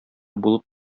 булып